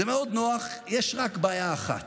זה מאוד נוח, יש רק בעיה אחת: